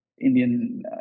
Indian